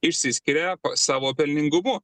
išsiskiria savo pelningumu